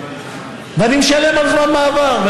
ואני משלם על זמן מעבר,